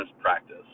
practice